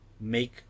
make